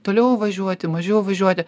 toliau važiuoti mažiau važiuoti